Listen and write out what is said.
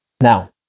Now